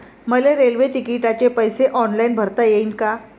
मले रेल्वे तिकिटाचे पैसे ऑनलाईन भरता येईन का?